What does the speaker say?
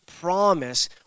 promise